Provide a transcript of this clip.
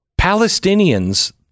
Palestinians